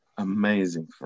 Amazing